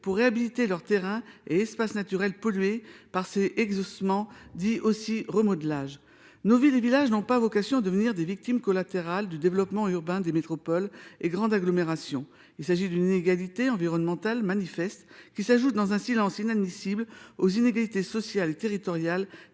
pour réhabiliter leurs terrains et espaces naturels pollués par ces exhaussements, dits aussi remodelages. Nos villes et villages n'ont pas vocation à devenir les victimes collatérales du développement urbain des métropoles et grandes agglomérations. Il s'agit d'une inégalité environnementale manifeste, qui s'ajoute, dans un silence inadmissible, aux inégalités sociales et territoriales